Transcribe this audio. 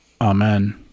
amen